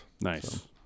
Nice